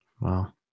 Wow